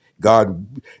God